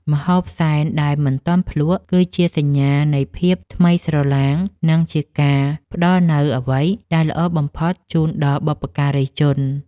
ម្ហូបសែនដែលមិនទាន់ភ្លក្ស គឺជាសញ្ញានៃភាពថ្មីស្រឡាង និងជាការផ្តល់នូវអ្វីដែលល្អបំផុតជូនដល់បុព្វការីជន។